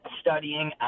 studying